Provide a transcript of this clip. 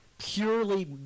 purely